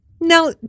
Now